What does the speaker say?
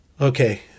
Okay